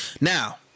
Now